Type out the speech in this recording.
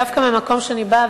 דווקא מהמקום שאני באה,